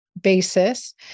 basis